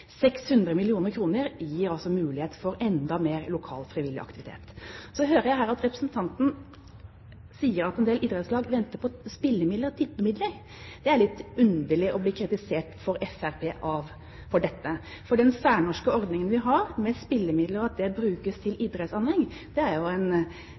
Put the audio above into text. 600 mill. kr gir altså mulighet for enda mer lokal frivillig aktivitet. Så hører jeg at representanten sier at en del idrettslag venter på spillemidler, tippemidler. Det er litt underlig å bli kritisert av Fremskrittspartiet for dette. For den særnorske ordningen vi har med at spillemidler brukes til idrettsanlegg, er en